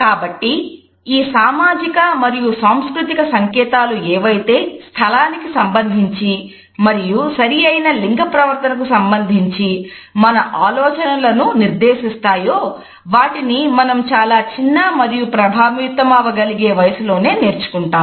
కాబట్టి ఈ సామాజిక మరియు సాంస్కృతిక సంకేతాలు ఏవైతే స్థలానికి సంబంధించి మరియు సరి అయిన లింగ ప్రవర్తన కు సంబంధించి మన ఆలోచనలను నిర్దేశిస్తాయో వాటిని మనం చాలా చిన్న మరియు ప్రభావితమవగలిగే వయసులోనే నేర్చుకుంటాం